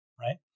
right